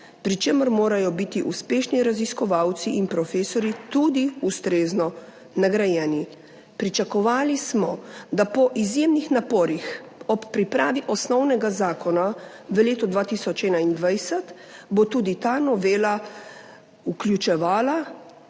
pri čemer morajo biti uspešni raziskovalci in profesorji tudi ustrezno nagrajeni. Pričakovali smo, da bo po izjemnih naporih ob pripravi osnovnega zakona v letu 2021 tudi ta novela vključevala